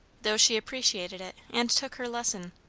though she appreciated it and took her lesson.